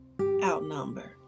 outnumbered